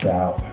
out